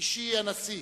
אישי הנשיא,